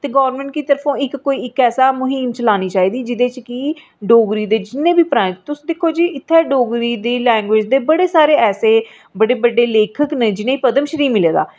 ते गोरमैंट दी तरफों इक कोई ऐसी मुहीम चलानी चाहिदी जेह्दे च कि डोगरी दे जिन्ने बी पुराने तुस दिक्खो जी डोगरी दी लैंगुअज दे बड़े सारे बड़े बड्डे लेखक न जिनें गी पद्म श्री मिले दा